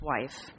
wife